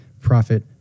profit